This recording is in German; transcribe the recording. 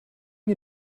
mir